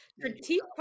Critique